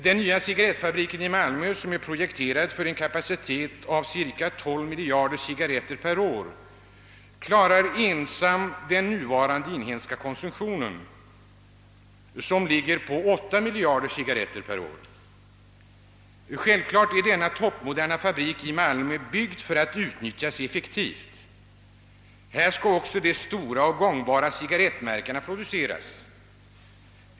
Den nya cigarrettfabriken i Malmö, som är projekterad för en kapacitet av cirka 12 miljarder cigarretter per år, klarar ensam den nuvarande inhemska konsumtionen, som ligger på 8 miljarder cigarretter per år, Naturligtvis är denna toppmoderna fabrik i Malmö byggd för att utnyttjas effektivt. Här skall också de stora och gångbara cigarrettmärkena produceras.